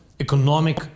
economic